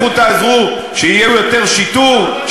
לכו תעזרו שיהיה יותר שיטור,